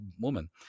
woman